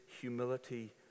humility